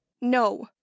No